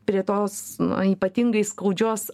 prie tos na ypatingai skaudžios